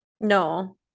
No